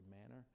manner